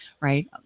right